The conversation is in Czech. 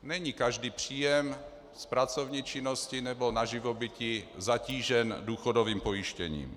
Není každý příjem z pracovní činnosti nebo na živobytí zatížen důchodovým pojištěním.